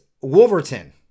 Wolverton